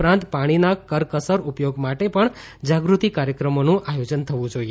ઉપરાંત પાણીના કરકસરપૂર્વક ઉપયોગ માટે પણ જાગૃતિ કાર્યક્રમોનું આયોજન થવું જોઈએ